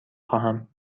خواهم